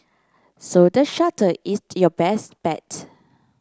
so the shuttle is your best bet